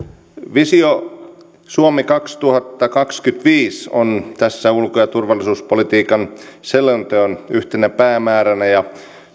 visio suomi kaksituhattakaksikymmentäviisi on tässä ulko ja turvallisuuspolitiikan selonteon yhtenä päämääränä ja